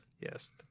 Yes